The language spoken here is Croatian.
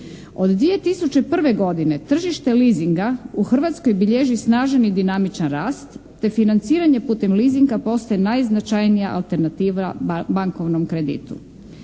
Od 2001. godine tržište leasinga u Hrvatskoj bilježi snažan i dinamičan rast, te financiranje putem leasinga postaje najznačajnija alternativa bankovnom kreditu.